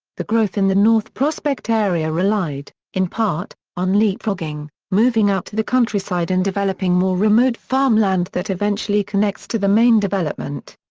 the growth in the north prospect area relied, in part, on leapfrogging, moving out to the countryside and developing more remote farm land that eventually connects to the main development.